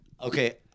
Okay